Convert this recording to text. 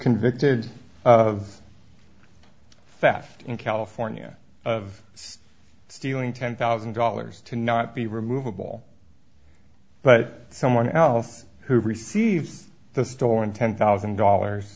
convicted of fast in california of stealing ten thousand dollars to not be removable but someone else who received the stolen ten thousand dollars